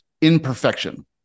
imperfection